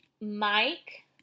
Mike